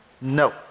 no